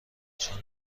چون